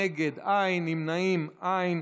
נגד, אין, נמנעים, אין.